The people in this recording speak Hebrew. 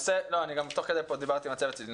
אני גם תוך כדי פה דיברתי עם הצוות שלי,